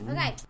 Okay